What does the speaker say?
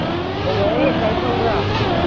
ꯑꯣ ꯋꯥꯍꯦꯡ ꯂꯩꯀꯥꯏ ꯈꯪꯕ꯭ꯔꯥ